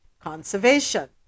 Conservation